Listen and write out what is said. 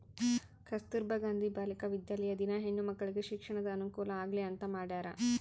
ಕಸ್ತುರ್ಭ ಗಾಂಧಿ ಬಾಲಿಕ ವಿದ್ಯಾಲಯ ದಿನ ಹೆಣ್ಣು ಮಕ್ಕಳಿಗೆ ಶಿಕ್ಷಣದ ಅನುಕುಲ ಆಗ್ಲಿ ಅಂತ ಮಾಡ್ಯರ